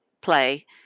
play